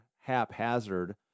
haphazard